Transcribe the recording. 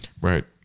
Right